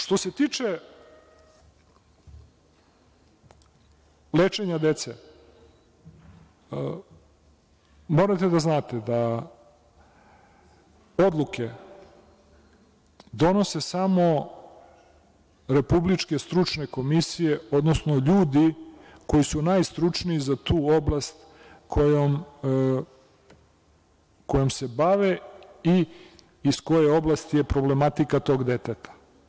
Što se tiče lečenja dece, morate da znate da odluke donose samo republičke stručne komisije, odnosno ljudi koji su najstručniji za tu oblast kojom se bave i iz koje oblasti je problematika tog deteta.